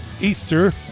Easter